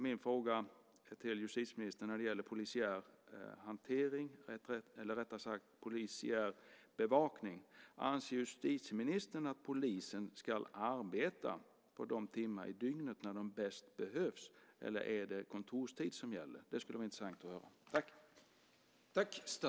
Min fråga till justitieministern när det gäller polisiär bevakning blir därför om justitieministern anser att poliser ska arbeta de timmar på dygnet när de bäst behövs eller om det är kontorstid som gäller. Det vore det intressant att få höra.